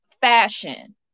fashion